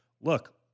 look